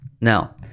Now